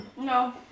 No